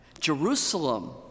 Jerusalem